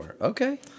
Okay